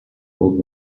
old